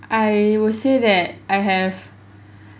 I would say that I have